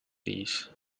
please